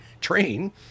train